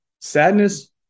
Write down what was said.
Sadness